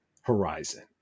horizon